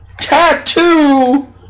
tattoo